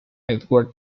edward